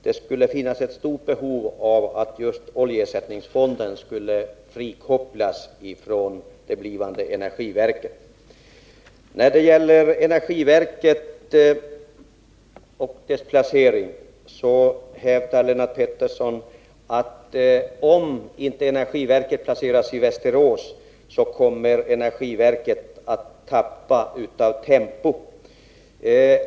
Det skulle finnas ett stort behov av att just oljeersättningsfonden frikopplas från det blivande energiverket. När det gäller energiverket och dess placering hävdar Lennart Pettersson, att om inte energiverket placeras i Stockholm, kommer energiverket att tappa tempo.